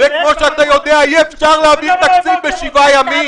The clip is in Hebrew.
וכפי שאתה יודע אי אפשר להעביר תקציב בשבעה ימים.